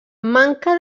manca